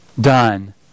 done